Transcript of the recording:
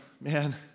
man